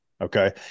Okay